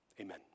Amen